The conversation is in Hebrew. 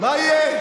מה יהיה?